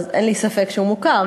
אז אין לי ספק שהוא מוכר,